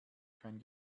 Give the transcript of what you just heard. kein